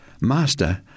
Master